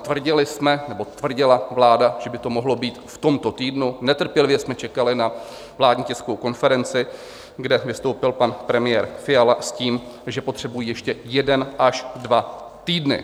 Tvrdili jsme, nebo tvrdila vláda, že by to mohlo být v tomto týdnu, netrpělivě jsme čekali na vládní tiskovou konferenci, kde vystoupil pan premiér Fiala s tím, že potřebují ještě jeden až dva týdny.